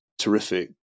terrific